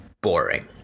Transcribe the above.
boring